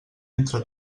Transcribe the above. entre